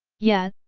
yeah,